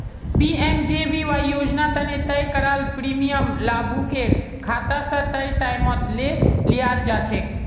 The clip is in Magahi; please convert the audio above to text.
पी.एम.जे.बी.वाई योजना तने तय कराल प्रीमियम लाभुकेर खाता स तय टाइमत ले लियाल जाछेक